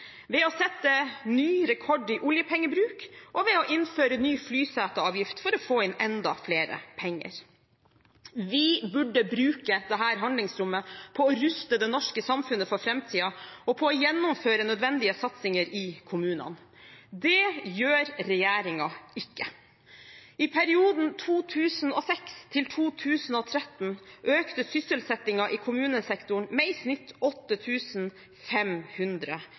ved å sette ny rekord i oljepengebruk og ved å innføre ny flyseteavgift for å få inn enda flere penger. Vi burde bruke dette handlingsrommet på å ruste det norske samfunnet for framtiden og på å gjennomføre nødvendige satsinger i kommunene. Det gjør regjeringen ikke. I perioden 2006 til 2013 økte sysselsettingen i kommunesektoren med i snitt